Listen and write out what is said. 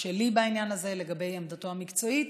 שלי בעניין הזה לגבי עמדתו המקצועית,